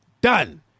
Done